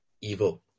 evil